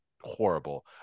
horrible